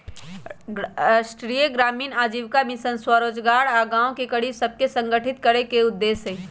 राष्ट्रीय ग्रामीण आजीविका मिशन स्वरोजगार आऽ गांव के गरीब सभके संगठित करेके उद्देश्य हइ